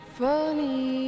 funny